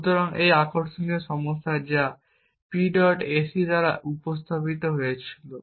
সুতরাং একটি আকর্ষণীয় সমস্যা যা একটি PSE দ্বারা উত্থাপিত হয়েছিল